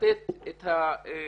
לתת את התשובות.